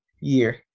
year